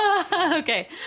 Okay